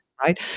right